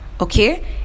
Okay